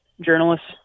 journalists